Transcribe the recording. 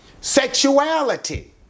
Sexuality